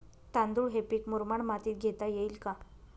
तांदूळ हे पीक मुरमाड मातीत घेता येईल का?